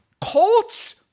Colt's